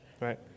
right